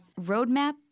roadmap